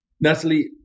Natalie